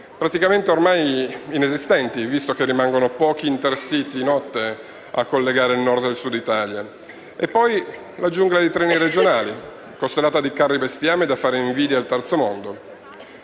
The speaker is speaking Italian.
praticamente ormai inesistenti visto che rimangono ormai pochi *intercity* notte a collegare il Nord con il Sud Italia; vi è poi la giungla dei treni regionali, costellata di "carri bestiame" da far invidia al terzo mondo.